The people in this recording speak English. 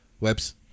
Webs